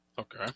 Okay